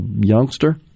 youngster